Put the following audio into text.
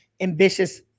ambitious